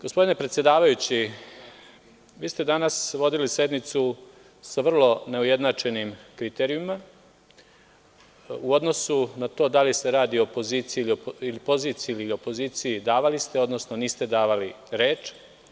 Gospodine predsedavajući, vi ste danas vodili sednicu sa vrlo neujednačenim kriterijumima, u odnosu na to da li se radi o poziciji ili opoziciji davali ste, odnosno niste davali reč.